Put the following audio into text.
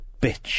bitch